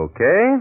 Okay